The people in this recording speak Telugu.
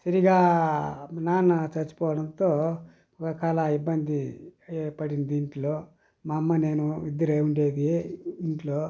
సరిగ్గా మా నాన్న చచ్చిపోవడంతో ఒకలా ఇబ్బంది పడింది ఇంట్లో మా అమ్మ నేను ఇద్దరే ఉండేది ఇంట్లో